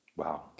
Wow